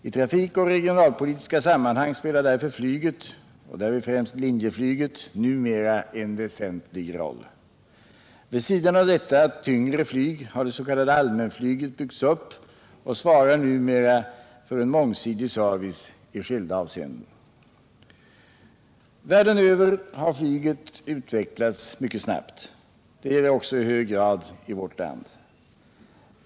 I trafikoch regionalpolitiska sammanhang spelar därför flyget — främst linjeflyget — numera en väsentlig roll. Vid sidan av detta tyngre flyg har det s.k. allmänflyget byggts upp och svarar numera för en mångsidig service i skilda avseenden. Världen över har flyget utvecklats mycket snabbt. Det gäller i hög grad också vårt land.